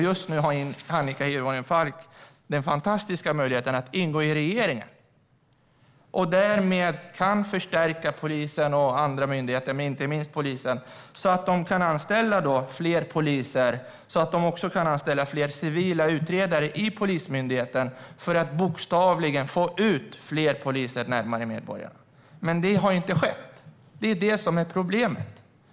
Just nu har Annika Hirvonen Falks parti den fantastiska möjlighet som det innebär att ingå i regeringen och därmed kunna förstärka olika myndigheter, inte minst polisen, så att man kan anställa fler poliser och även fler civila utredare i Polismyndigheten för att bokstavligen få ut fler poliser närmare medborgarna. Men det har inte skett. Det är det som är problemet.